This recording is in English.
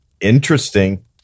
interesting